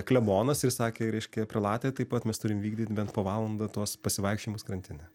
klebonas ir sakė reiškia prelate taip pat mes turim vykdyt bent po valandą tuos pasivaikščiojimas krantine